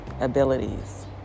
abilities